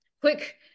quick